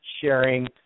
sharing